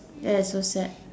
that is so sad